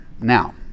Now